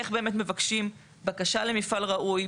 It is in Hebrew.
איך באמת מבקשים בקשה למפעל ראוי,